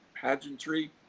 pageantry